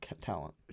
talent